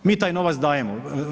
Mi taj novac dajemo.